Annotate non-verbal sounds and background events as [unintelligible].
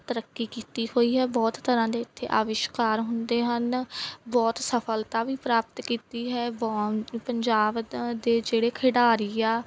ਤਰੱਕੀ ਕੀਤੀ ਹੋਈ ਹੈ ਬਹੁਤ ਤਰ੍ਹਾਂ ਦੇ ਇੱਥੇ ਆਵਿਸ਼ਕਾਰ ਹੁੰਦੇ ਹਨ ਬਹੁਤ ਸਫਲਤਾ ਵੀ ਪ੍ਰਾਪਤ ਕੀਤੀ ਹੈ [unintelligible] ਪੰਜਾਬ ਦ ਦੇ ਜਿਹੜੇ ਖਿਡਾਰੀ ਆ